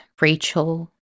Rachel